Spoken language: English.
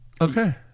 Okay